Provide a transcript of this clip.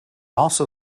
also